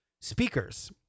speakers